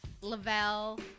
lavelle